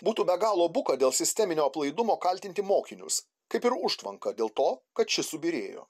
būtų be galo buka dėl sisteminio aplaidumo kaltinti mokinius kaip ir užtvanką dėl to kad ši subyrėjo